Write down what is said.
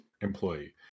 employee